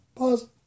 Pause